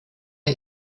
der